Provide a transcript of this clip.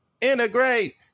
integrate